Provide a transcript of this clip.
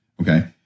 Okay